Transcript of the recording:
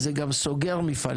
אז זה גם סוגר מפעלים,